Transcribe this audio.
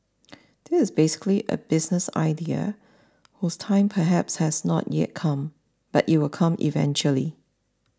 this is basically a business idea whose time perhaps has not yet come but it will come eventually